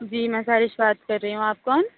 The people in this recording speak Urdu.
جی میں سہرش بات کر رہی ہوں آپ کون